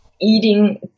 eating